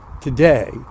today